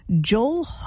Joel